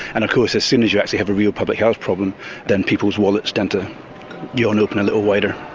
and of course as soon as you actually have a real public health problem then people's wallets tend to yawn open a little wider.